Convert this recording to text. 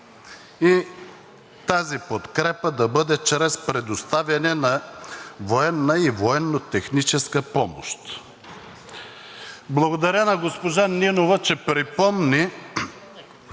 и тази подкрепа да бъде чрез предоставяне на военна и военно-техническа помощ. Благодаря на госпожа Нинова, че припомни